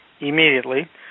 immediately